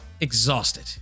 exhausted